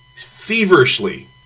feverishly